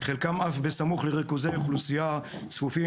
חלקם אף בסמוך לריכוזי אוכלוסייה צפופים,